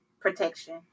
protection